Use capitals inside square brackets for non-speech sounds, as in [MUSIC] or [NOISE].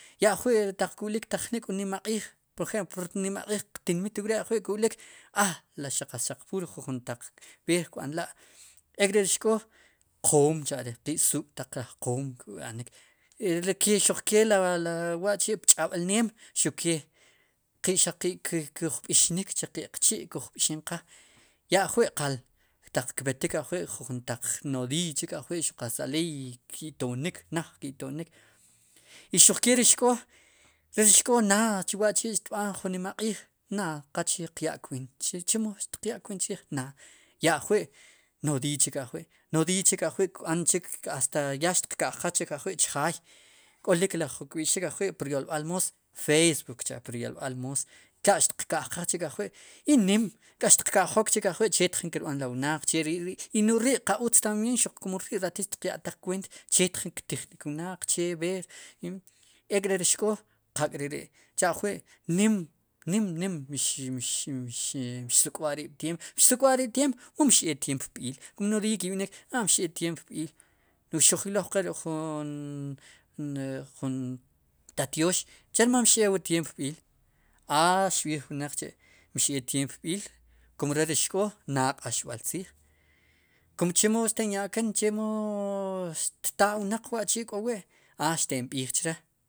Ya ajwi'taq ku'lik jnik wu nima q'iij por ejemplo wu rnimaq'iij qtinmit wu we a la xaq juntaq b'eer kb'anla' ek're ri xk'oo qoom chare' qe'xuuk' taqej qoom kb'anik erili xuqkela' le wa'chi'pch'ob'alneem xuke xaqi' kujb'ixnik cha' qeqchi' kujb'ixnik qal ya ajwi' qal taq kpetik ajwi' taq nodiiy chik ajwi' xuqatz aleeey ki'tonik naaj kitonik i xuq kee ri xk'o ri xk'oo re ri xk'oo naad wa'chi' xtb'an jun nimaq'iij naad qachee qya'nkweet chriij naad ya ajwi'nodiiy chik ajwi' nodiiy chik ajwi'kb'anchik hasta ya xtiq ka'jqaj chikajwi' chjaay k'olik ri jun kb'ixik ajwi' pu ryolb'al moos fasebook pur yolb'al moos tla' xtiq ka'jqaj chik ajwi' i nim ka'xtiq ka'jok chik ajwi' chet jin kirb'an ri wnaq che ril ri n'oj ri' qautz tambien kun rii xtiq ya'taaj kweent chetjin ktijnik wnaq che b'eer nim ek're ri xk'oo qak'reri' cha'ajwi' nim nim [HESITATION] mxi mxi mxi msuk'b'a riib'tieemp msuk'b'a' riib' tyeemp o mxeek tieemp p-iil kum nodiiy ki' b'inik la'mxeek tiemp pi iil no'j xuj ylow qqe ruk'jun jun [HESITATION] ne tatyoox chermal mxeek wu tieemp pi iil a xb'iij wnaq chi' mxeek tiempo pi iil kum re ri xk'oo naad q'axb'al tziij kun chemo xtinya'ken chemo xtaa wnaq wa'chi'k'o wi' a xtin b'iij chre'.